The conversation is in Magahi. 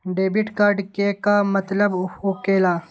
डेबिट कार्ड के का मतलब होकेला?